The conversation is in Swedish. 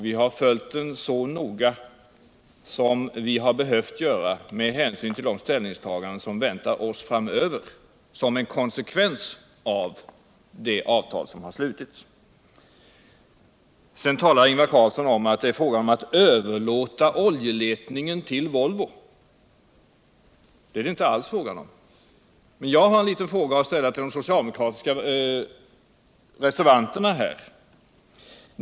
Vi har följt den så noga som vi har behövt göra med hänsyn till de ställningstaganden Energiforskning, som väntar oss framöver som en konsekvens av det avtal som har slutits. Ingvar Carlsson säger att det är fråga om att överlåta oljeletningen till Volvo. Det är inte alls fråga om det. Men jag har en liten fråga att ställa till de socialdemokratiska reservanterna.